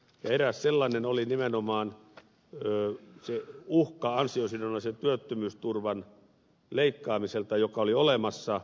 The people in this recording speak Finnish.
eräs sellainen oli nimenomaan uhka ansiosidonnaisen työttömyysturvan leikkaamisesta joka oli olemassa